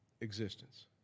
existence